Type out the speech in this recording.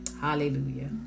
Hallelujah